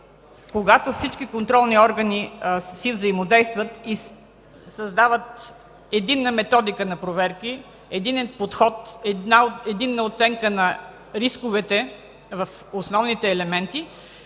когато всички контролни органи си взаимодействат и създават единна методика на проверки, единен подход, единна оценка на рисковете в основните елементи,